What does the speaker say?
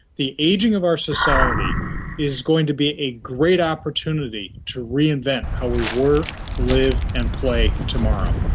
the ageing of our society is going to be a great opportunity to reinvent how we work, live and play tomorrow.